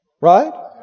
right